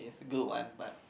is a good one but